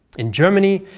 in germany,